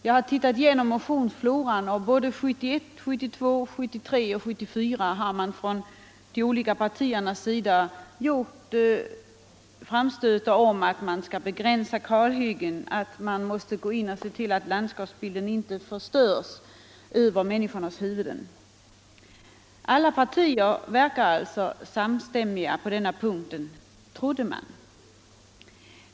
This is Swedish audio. Jag har gått igenom motionsfloran och därvid funnit att de olika partierna under åren 1971, 1972, 1973 och 1974 har framställt krav på att kalhyggena skall begränsas och landskapsbilden inte förstöras genom beslut över människornas huvuden. Alla partier har alltså varit eniga på den punkten - trodde man.